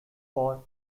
for